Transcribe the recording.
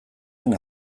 den